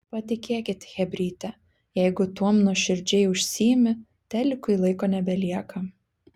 patikėkit chebryte jeigu tuom nuoširdžiai užsiimi telikui laiko nebelieka